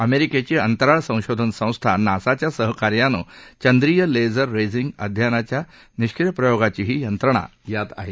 अमेरिकेची अंतराळ संशोधन संस्था नासाच्या सहकार्यानं चंद्रीय लेझर रेजिंग अध्ययनाच्या निष्क्रिय प्रयोगाचीही यंत्रणा यात आहे